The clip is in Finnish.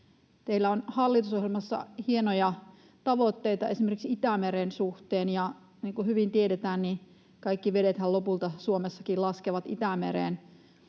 Teillä on hallitusohjelmassa hienoja tavoitteita esimerkiksi Itämeren suhteen, ja niin kuin hyvin tiedetään, kaikki vedethän lopulta Suomessakin laskevat Itämereen.